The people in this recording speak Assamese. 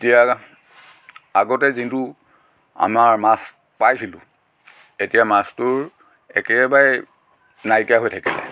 এতিয়া আগতে যোনটো আমাৰ মাছ পাইছিলোঁ এতিয়া মাছটোৰ একেবাৰে নাইকিয়া হৈ থাকিলে